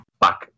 back